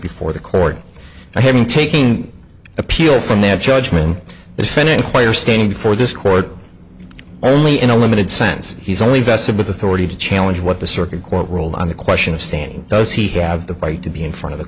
before the court i mean taking appeals from their judgment offending player standing before this court only in a limited sense he's only vested with authority to challenge what the circuit court ruled on the question of standing does he have the right to be in front of the